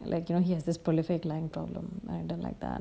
like you know he has this prolific line problem and I don't like that